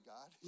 God